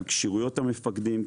על כשירויות המפקדים,